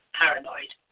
paranoid